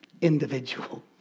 individual